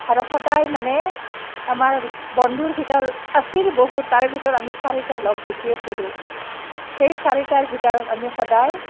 আৰু সদায় মানে আমাৰ বন্ধুৰ ভিতৰত আছিল বহুত তাৰে ভিতৰত আমি চাৰিটা লগ বেছি আছিলোঁ সেই চাৰিটাৰ ভিতৰত আমি সদায়